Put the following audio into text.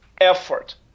effort